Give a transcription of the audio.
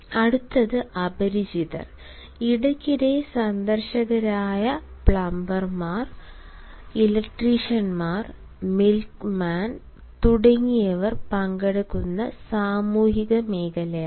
അടുത്തത് അപരിചിതർ ഇടയ്ക്കിടെ സന്ദർശകരായ പ്ലംബർമാർ ഇലക്ട്രീഷ്യൻമാർ മിൽക്ക്മാൻ തുടങ്ങിയവർ പങ്കെടുക്കുന്ന സാമൂഹിക മേഖലയാണ്